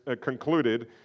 concluded